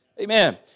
Amen